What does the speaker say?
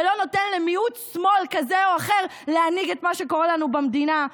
ולא נותן למיעוט שמאל כזה או אחר להנהיג את מה שקורה לנו במדינה.